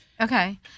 Okay